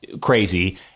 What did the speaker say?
crazy